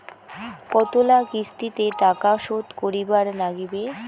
কতোলা কিস্তিতে টাকা শোধ করিবার নাগীবে?